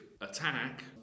attack